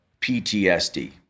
PTSD